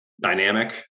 Dynamic